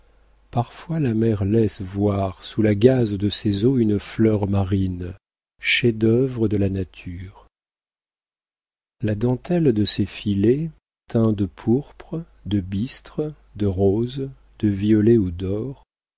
parfois la mer laisse voir sous la gaze de ses eaux une fleur marine chef-d'œuvre de la nature la dentelle de ses filets teints de pourpre de bistre de rose de violet ou d'or